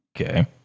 Okay